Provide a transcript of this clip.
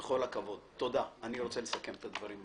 אני רוצה לסכם את הדברים.